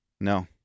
No